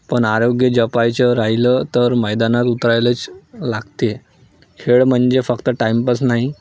पण आरोग्य जपायचं राहिलं तर मैदानात उतरायलाच लागते खेळ म्हणजे फक्त टाइमपास नाही